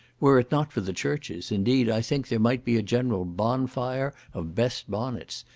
were it not for the churches, indeed, i think there might be a general bonfire of best bonnets,